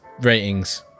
ratings